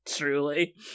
truly